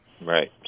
Right